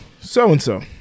so-and-so